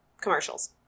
commercials